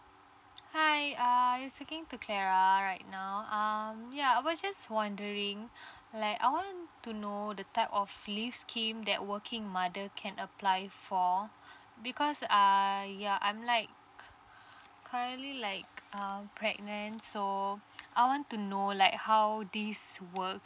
hi uh you're speaking to clara right now uh ya I was just wondering like I want to know the type of leaves scheme that working mother can apply for because I ya I'm like currently like um pregnant so I want to know like how this work